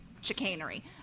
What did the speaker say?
chicanery